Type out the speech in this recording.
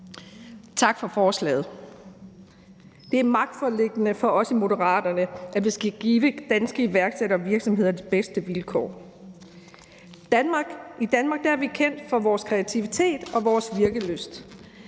Tak for forslaget. Det er magtpåliggende for os i Moderaterne, at vi skal give danske iværksættervirksomheder de bedste vilkår. I Danmark er vi kendt for vores kreativitet og vores